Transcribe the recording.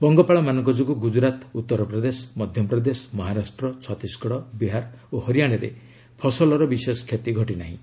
ପଙ୍ଗପାଳମାନଙ୍କ ଯୋଗୁଁ ଗୁଜରାତ ଉତ୍ତରପ୍ରଦେଶ ମଧ୍ୟପ୍ରଦେଶ ମହାରାଷ୍ଟ୍ର ଛତିଶଗଡ଼ ବିହାର ଓ ହରିଆଶାରେ ଫସଲର ବିଶେଷ କ୍ଷତି ଘଟିନାହିଁ